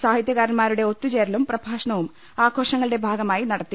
സാഹി തൃകാരന്മാരുടെ ഒത്തുചേരലും പ്രഭാഷണവും ആഘോഷങ്ങ ളുടെ ഭാഗമായി നടത്തി